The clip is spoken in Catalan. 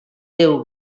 déu